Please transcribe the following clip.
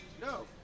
No